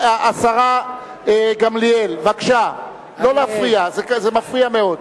השרה גמליאל, בבקשה לא להפריע, זה מפריע מאוד.